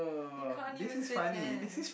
you can't even say that